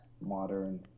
modern